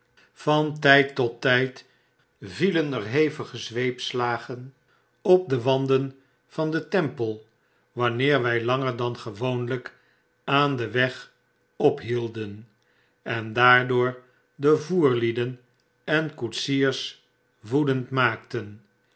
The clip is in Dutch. van tijd tot tyd vielen er hevige zweepslagen op de wanden van den tempel wanneer wij langer dan gewoonlyk aan den weg ophielden en daardoor de voerlieden en koetsiers woedend maakten